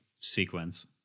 sequence